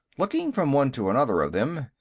looking from one to another of them.